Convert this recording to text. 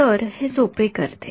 तर हे सोपे करते